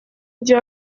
gihe